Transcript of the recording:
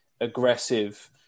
aggressive